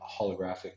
holographic